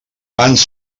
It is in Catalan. ens